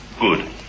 Good